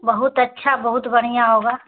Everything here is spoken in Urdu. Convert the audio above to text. بہت اچھا بہت بڑھیا ہوگا